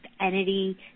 entity